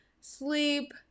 sleep